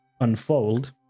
unfold